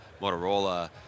Motorola